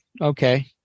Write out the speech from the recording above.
okay